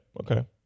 okay